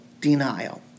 denial